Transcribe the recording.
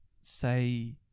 say